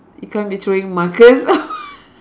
you can't be throwing markers